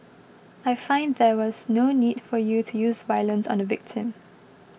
I find there was no need for you to use violence on the victim